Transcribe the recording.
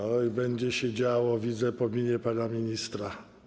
Oj, będzie się działo, widzę to po minie pana ministra.